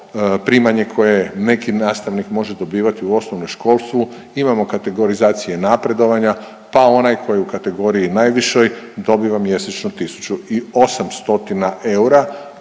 primanje koje neki nastavnik može dobivati u osnovnom školstvu, imamo kategorizacije napredovanja, pa onaj koji je u kategoriji najvišoj dobiva mjesečno 1.800 eura